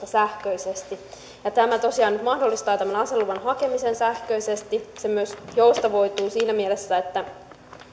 sähköisesti tämä tosiaan nyt mahdollistaa aseluvan hakemisen sähköisesti ja se myös joustavoituu siinä mielessä että